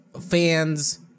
Fans